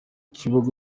ikibuga